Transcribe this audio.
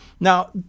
Now